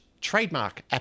trademark